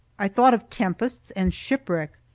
i thought of tempests and shipwreck,